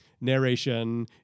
narration